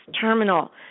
terminal